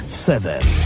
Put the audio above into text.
Seven